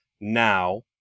now